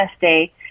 Day